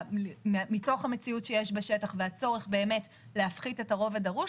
מתוך המציאות שיש בשטח והצורך להפחית את הרוב הדרוש